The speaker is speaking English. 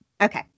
Okay